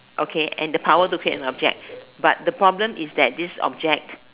okay and the power to create an object but the problem is that this object